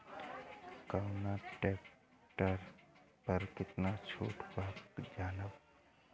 कवना ट्रेक्टर पर कितना छूट बा कैसे जानब?